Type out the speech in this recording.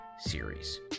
series